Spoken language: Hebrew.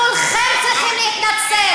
כולכם צריכים להתנצל.